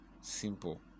simple